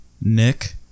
Nick